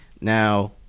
Now